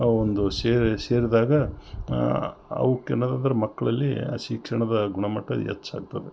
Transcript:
ಅವು ಒಂದು ಸೇರಿ ಸೇರಿದಾಗ ಅವುಕ್ಕೆ ಏನಾದರು ಮಕ್ಕಳಲ್ಲಿ ಶಿಕ್ಷಣದ ಗುಣಮಟ್ಟ ಹೆಚ್ ಆಗ್ತದೆ